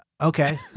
Okay